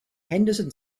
henderson